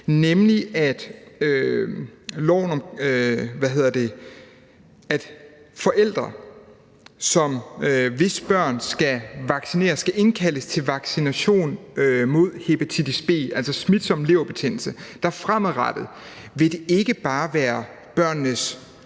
om forældre, hvis børn bliver indkaldt til vaccination mod hepatitis B, altså smitsom leverbetændelse. Fremadrettet vil det ikke bare være børnenes